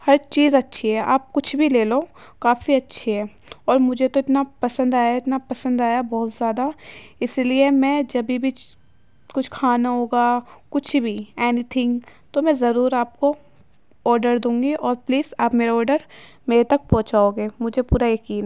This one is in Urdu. ہر چیز اچھی ہے آپ کچھ بھی لے لو کافی اچھی ہے اور مجھے تو اتنا پسند آیا ہے اتنا پسند آیا ہے بہت زیادہ اسی لیے میں جبھی بھی کچھ کھانا ہوگا کچھ بھی اینی تھنگ تو میں ضرور آپ کو آرڈر دوں گی اور پلیز آپ میرا آرڈر میرے تک پہنچاؤگے مجھے پورا یقین